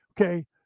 Okay